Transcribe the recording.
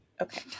Okay